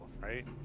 right